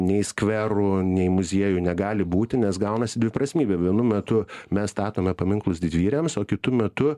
nei skverų nei muziejų negali būti nes gaunasi dviprasmybė vienu metu mes statome paminklus didvyriams o kitu metu